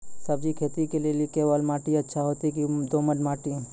सब्जी खेती के लेली केवाल माटी अच्छा होते की दोमट माटी?